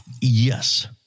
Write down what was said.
Yes